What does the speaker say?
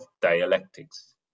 dialectics